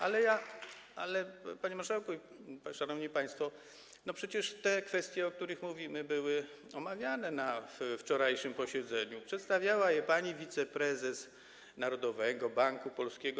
Ale, panie marszałku, szanowni państwo, przecież te kwestie, o których mówimy, były omawiane na wczorajszym posiedzeniu, przedstawiała je pani wiceprezes Narodowego Banku Polskiego.